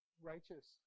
righteous